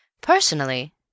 Personally